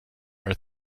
are